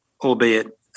albeit